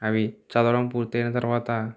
అవి చదవడం పూర్తి అయిన తర్వాత